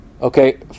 Okay